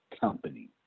company